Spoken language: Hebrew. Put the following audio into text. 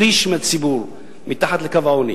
שליש מהציבור מתחת לקו העוני.